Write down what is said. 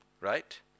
right